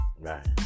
Right